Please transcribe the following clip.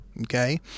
okay